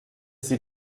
sie